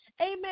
Amen